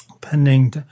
pending